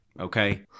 okay